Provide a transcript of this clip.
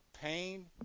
pain